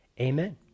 Amen